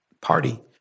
party